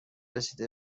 رسیده